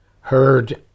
heard